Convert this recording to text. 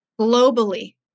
Globally